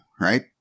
right